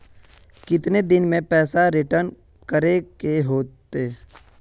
कितने दिन में पैसा रिटर्न करे के होते?